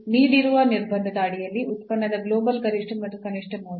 ನೀಡಿರುವ ನಿರ್ಬಂಧದ ಅಡಿಯಲ್ಲಿ ಉತ್ಪನ್ನದ ಗ್ಲೋಬಲ್ ಗರಿಷ್ಠ ಮತ್ತು ಕನಿಷ್ಠ ಮೌಲ್ಯ